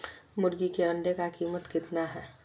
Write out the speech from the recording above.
मुर्गी के अंडे का कीमत कितना है?